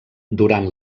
durant